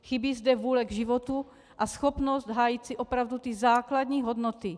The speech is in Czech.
Chybí zde vůle k životu a schopnost hájit si opravdu základní hodnoty.